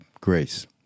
grace